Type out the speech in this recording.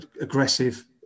aggressive